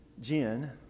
Jen